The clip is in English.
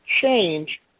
change